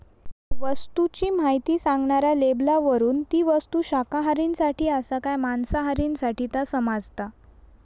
वस्तूची म्हायती सांगणाऱ्या लेबलावरून ती वस्तू शाकाहारींसाठी आसा काय मांसाहारींसाठी ता समाजता